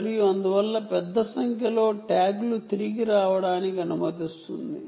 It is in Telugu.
మరియు అందువల్ల పెద్ద సంఖ్యలో ట్యాగ్ లు తిరిగి రావడానికి అనుమతిస్తుంది